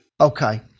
Okay